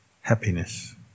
happiness